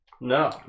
No